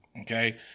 Okay